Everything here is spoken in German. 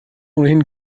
ohnehin